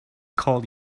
called